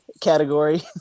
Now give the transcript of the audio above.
category